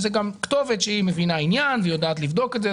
זאת גם כתובת שמבינה עניין ויודעת לבדוק את זה.